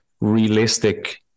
realistic